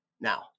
Now